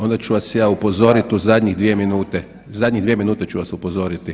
Onda ću vas ja upozorit u zadnjih dvije minute, zadnje dvije minute ću vas upozoriti.